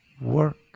work